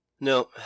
no